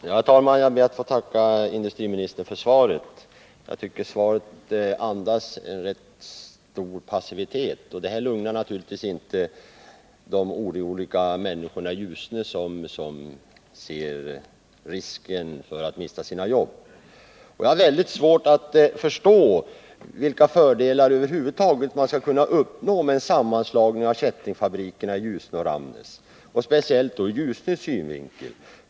Herr talman! Jag ber att få tacka industriministern för svaret, som jag tycker andas en rätt stor passivitet. Det lugnar naturligtvis inte de oroliga människorna i Ljusne, som ser risken att mista sina jobb. Jag har mycket svårt att förstå över huvud taget vilka fördelar man skall kunna uppnå med en sammanslagning av kättingfabrikerna i Ljusne och Ramnäs, speciellt sett ur Ljusnes synvinkel.